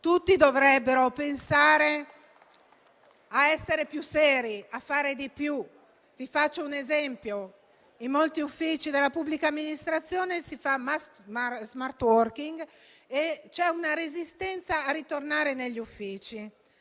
tutti dovrebbero pensare a essere più seri, a fare di più. Faccio un esempio: in molti uffici della pubblica amministrazione si fa *smart working* e c'è una resistenza a ritornare negli uffici,